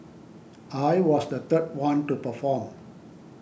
I was the third one to perform